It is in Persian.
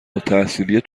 التحصیلی